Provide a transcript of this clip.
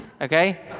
Okay